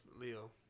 Leo